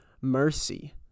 mercy